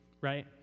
right